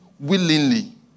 Willingly